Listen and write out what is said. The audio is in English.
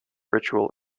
ritual